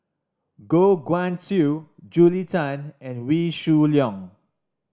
Goh Guan Siew Julia Tan and Wee Shoo Leong